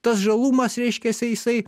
tas žalumas reiškiasi jisai